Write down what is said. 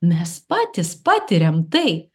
mes patys patiriam tai